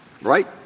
right